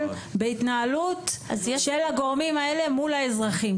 בהתנהלות של הגורמים האלה מול האזרחים,